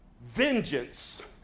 Vengeance